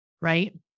right